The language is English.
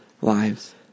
lives